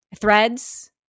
Threads